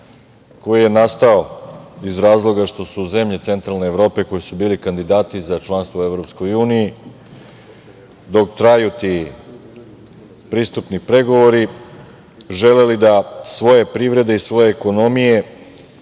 koji je nastao iz razloga što su zemlje centralne Evrope koje su bile kandidati za članstvo u Evropskoj uniji, dok traju ti pristupni pregovori, želele da svoje privrede i svoje ekonomije